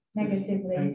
negatively